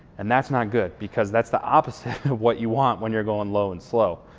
and that's not good because that's the opposite of what you want when you're going low and slow.